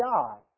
God